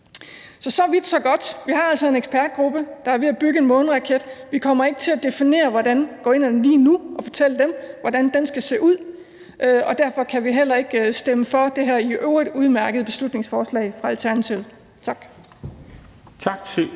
Så vidt så godt. Vi har altså en ekspertgruppe, der er ved at bygge en måneraket. Vi kommer ikke til lige nu at definere og fortælle dem, hvordan den skal se ud, og derfor kan vi heller ikke stemme for det her i øvrigt udmærkede beslutningsforslag fra Alternativet. Tak.